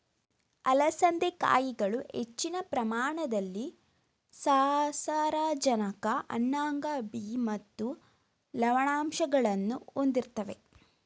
ಅಲಸಂದೆ ಕಾಯಿಗಳು ಹೆಚ್ಚಿನ ಪ್ರಮಾಣದಲ್ಲಿ ಸಸಾರಜನಕ ಅನ್ನಾಂಗ ಬಿ ಮತ್ತು ಲವಣಾಂಶಗಳನ್ನು ಹೊಂದಿರುತ್ವೆ